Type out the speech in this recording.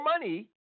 money